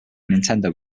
nintendo